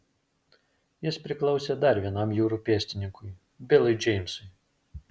jis priklausė dar vienam jūrų pėstininkui bilui džeimsui